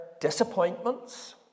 disappointments